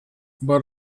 but